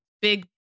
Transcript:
big